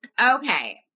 okay